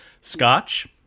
Scotch